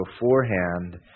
beforehand